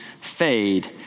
fade